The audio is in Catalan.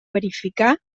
verificar